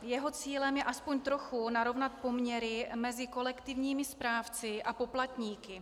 Jeho cílem je aspoň trochu narovnat poměry mezi kolektivními správci a poplatníky.